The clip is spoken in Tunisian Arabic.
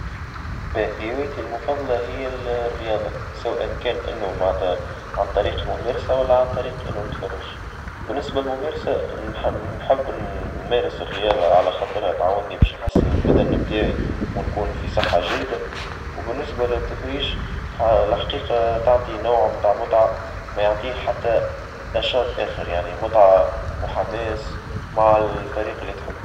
بهوايتي المفظلة هي الرياضة سواء كان إنو معنتها عن طريق ممارسة ولا عن طريق إنو نتفرج بالنسبة للممارسة نحب نمارس الرياضة على خاطرها تعاوني باش نحسن البدن متاعي، ونكون في صحة جيدة وبالنسبة للتدريج الحقيقة تعطي نوع منتاع متعة ما يعطيه حتى نشاط آخر يعني متعة وحماس مع الفريق اللي تحبه.